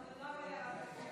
אז למה ירדתי?